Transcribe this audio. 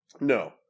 No